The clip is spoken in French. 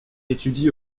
étudie